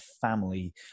family